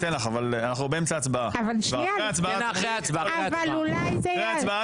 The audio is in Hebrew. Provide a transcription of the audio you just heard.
אחרי ההצבעה אני אתן לך, אבל אנחנו באמצע הצבעה.